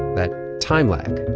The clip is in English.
that time lag